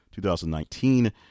2019